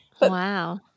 Wow